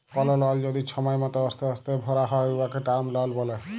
call লল যদি ছময় মত অস্তে অস্তে ভ্যরা হ্যয় উয়াকে টার্ম লল ব্যলে